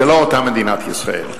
זה לא אותה מדינת ישראל.